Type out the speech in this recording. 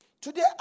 Today